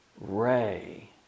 Ray